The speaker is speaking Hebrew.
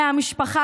מהמשפחה,